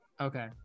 Okay